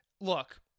Look